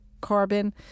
carbon